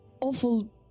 awful